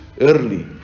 early